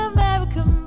American